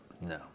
No